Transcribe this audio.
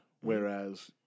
whereas